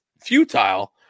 futile